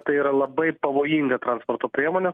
tai yra labai pavojinga transporto priemonė